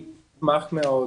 אני אשמח מאוד.